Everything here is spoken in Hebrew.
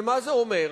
ומה זה אומר?